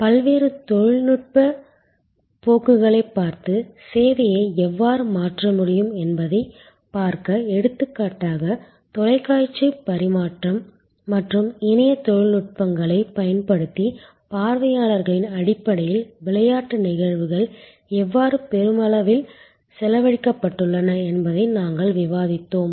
பல்வேறு தொழில்நுட்ப போக்குகளைப் பார்த்து சேவையை எவ்வாறு மாற்ற முடியும் என்பதைப் பார்க்க எடுத்துக்காட்டாக தொலைக்காட்சி பரிமாற்றம் மற்றும் இணையத் தொழில்நுட்பங்களைப் பயன்படுத்தி பார்வையாளர்களின் அடிப்படையில் விளையாட்டு நிகழ்வுகள் எவ்வாறு பெருமளவில் செலவழிக்கப்பட்டுள்ளன என்பதை நாங்கள் விவாதித்தோம்